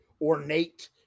ornate